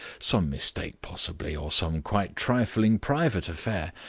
some mistake, possibly. or some quite trifling private affair.